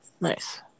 Nice